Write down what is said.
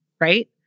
right